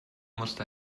musste